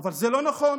אבל זה לא נכון.